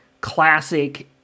classic